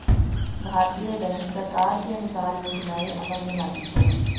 भारतीय बैंक सरकार के अनुसार योजनाएं अमल में लाती है